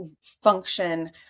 Function